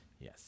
Yes